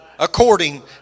according